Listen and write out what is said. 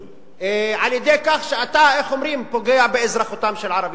על-ידי כך שאתה פוגע באזרחותם של ערבים.